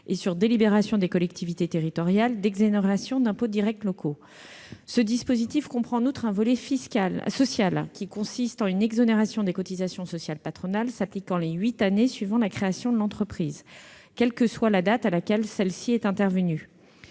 -et, sur délibération des collectivités territoriales, d'exonérations d'impôts directs locaux. Ce dispositif comprend, en outre, un volet social, consistant en une exonération de cotisations sociales patronales s'appliquant durant les huit années suivant la création de l'entreprise, quelle que soit la date à laquelle cette création est intervenue.